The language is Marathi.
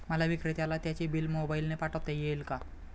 मला विक्रेत्याला त्याचे बिल मोबाईलने पाठवता येईल का?